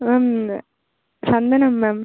ma'am Santhanam ma'am